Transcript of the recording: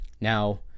Now